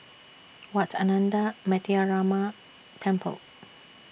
Wat Ananda Metyarama Temple